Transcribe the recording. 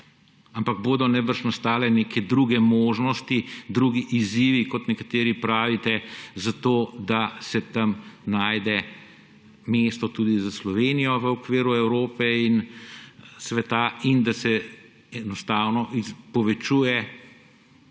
Ampak bodo najbrž nastale neke druge možnosti, drugi izzivi, kot nekateri pravite, za to, da se tam najde mesto tudi za Slovenijo v okviru Evrope in sveta in da se enostavno povečuje